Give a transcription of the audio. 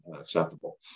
acceptable